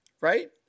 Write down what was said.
Right